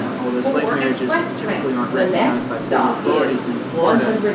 um although slave marriages typically aren't recognized by civil authorities in florida,